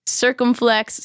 circumflex